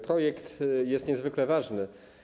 Projekt jest niezwykle ważny.